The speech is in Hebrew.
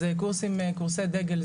זה קורסי דגל,